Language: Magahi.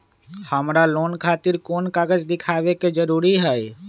हमरा लोन खतिर कोन कागज दिखावे के जरूरी हई?